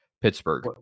Pittsburgh